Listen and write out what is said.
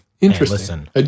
interesting